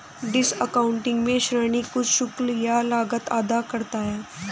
discounting में ऋणी कुछ शुल्क या लागत अदा करता है